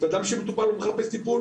ואדם שמטופל לא מחפש טיפול.